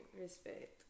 Respect